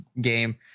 game